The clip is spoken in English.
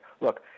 look